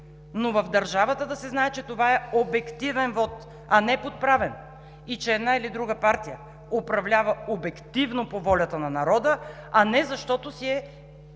но в държавата да се знае, че това е обективен вот, а не е подправен и че една или друга партия управлява обективно по волята на народа, а не защото си е